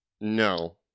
no